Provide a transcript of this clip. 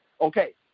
okay